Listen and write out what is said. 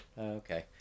Okay